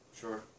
Sure